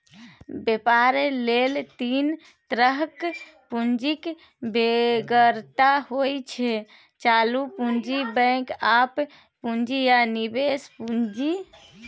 बेपार लेल तीन तरहक पुंजीक बेगरता होइ छै चालु पुंजी, बैकअप पुंजी आ निबेश पुंजी